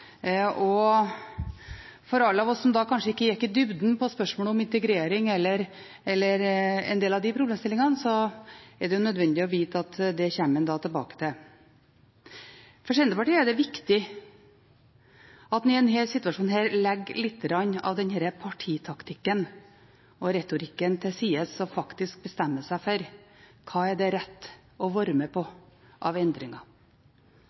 oss som kanskje ikke gikk i dybden på spørsmål om integrering eller en del av de problemstillingene, er det nødvendig å vite at det kommer en tilbake til. For Senterpartiet er det viktig at en i denne situasjonen legger litt av partitaktikken og -retorikken til side og faktisk bestemmer seg for hva det er rett å være med på av endringer.